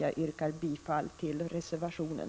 Jag yrkar bifall till reservationen.